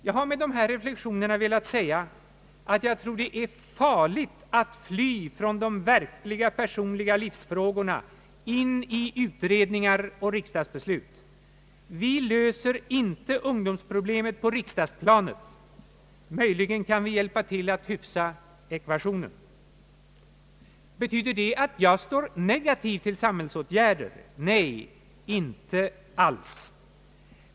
Jag har med dessa reflexioner velat säga, att jag tror det är farligt att fly från de verkliga personliga livsfrågorna in i utredningar och riksdagsbeslut. Vi löser inte ungdomsproblemet på riksdagsplanet, möjligen kan vi hjälpa till att hyfsa ekvationen. Är jag då negativ mot samhällsåtgärder? Nej, inte alls.